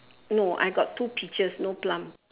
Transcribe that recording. no I got two peaches no plum